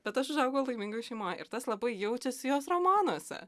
bet aš užaugau laimingoj šeimoj ir tas labai jaučiasi jos romanuose